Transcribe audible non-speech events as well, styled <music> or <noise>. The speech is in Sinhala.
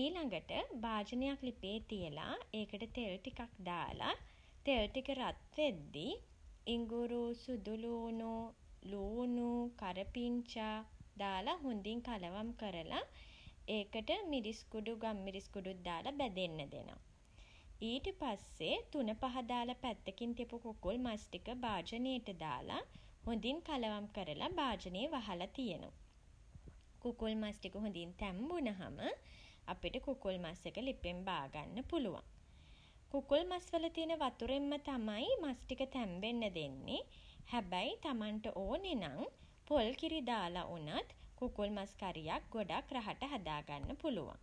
ඊළඟට භාජනයක් ලිපේ තියලා <hesitation> ඒකට තෙල් ටිකක් දාලා <hesitation> තෙල් ටික රත් වෙද්දී ඉඟුරු <hesitation> සුදු ළූනු <hesitation> ළූණු <hesitation> කරපිංචා දාලා හොඳින් කලවම් කරලා <hesitation> ඒකට මිරිස් කුඩු ගම්මිරිස් කුඩුත් දාලා බැදෙන්න දෙනවා. ඊට පස්සේ තුනපහ දාලා පැත්තකින් තියපු කුකුල් මස් ටික භාජනේට දාලා හොඳින් කලවම් කරලා භාජනේ වහලා තියෙනවා. කුකුල් මස් ටික හොඳින් තැම්බුනහම අපිට කුකුළ් මස් එක ලිපෙන් බාගන්න පුළුවන්. කුකුල් මස් වල තියෙන වතුරෙන්ම තමයි මස් ටික තැම්බෙන්න දෙන්නේ. හැබැයි තමන්ට ඕනේ නම් <hesitation> පොල් කිරි දාල වුනත් කුකුල් මස් කාරියක් ගොඩක් රහට හදා ගන්න පුළුවන්.